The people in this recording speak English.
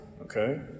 Okay